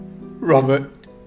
Robert